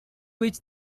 which